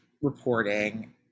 reporting